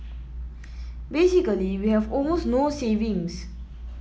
basically we have almost no savings